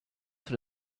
food